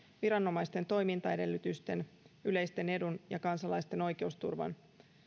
viranomaisten toimintaedellytysten yleisen edun ja kansalaisten oikeusturvan